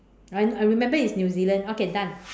I I remember it's New Zealand okay done